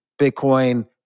Bitcoin